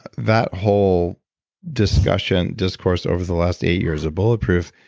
that whole discourse yeah and discourse over the last eight years of bulletproof,